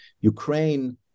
Ukraine